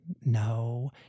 No